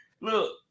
look